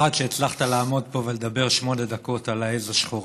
1. שהצלחת לעמוד פה ולדבר שמונה דקות על העז השחורה,